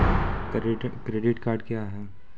Credit card क्या हैं?